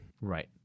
Right